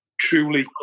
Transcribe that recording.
truly